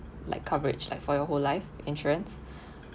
like coverage like for your whole life insurance